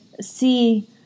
see